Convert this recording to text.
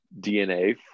DNA